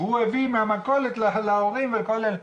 הוא עשה קניות במכולת להורים ולכולם.